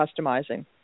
customizing